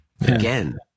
again